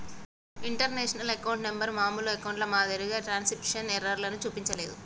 international account number మామూలు అకౌంట్ల మాదిరిగా ట్రాన్స్క్రిప్షన్ ఎర్రర్లను చూపించలే